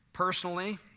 Personally